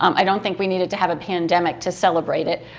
um i don't think we needed to have a pandemic to celebrate it,